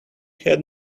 had